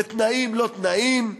בתנאים לא תנאים,